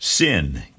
sin